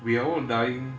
we are all dying